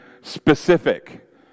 specific